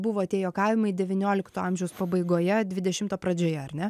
buvo tie juokavimai devyniolikto amžiaus pabaigoje dvidešimto pradžioje ar ne